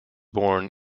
born